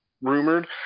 rumored